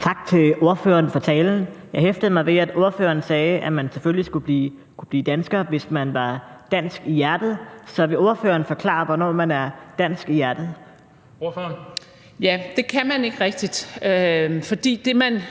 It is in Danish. Tak til ordføreren for talen. Jeg hæftede mig ved, at ordføreren sagde, at man selvfølgelig skulle kunne blive dansker, hvis man var dansk i hjertet. Så vil ordføreren forklare, hvornår man er dansk i hjertet? Kl. 20:13 Den fg. formand